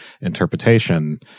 interpretation